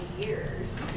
years